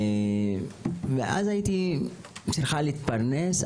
ואז הייתי צריכה להתפרנס,